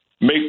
make